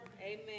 Amen